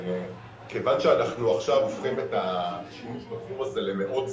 כיוון שאנחנו עכשיו עושים את השימוש מאוד זול,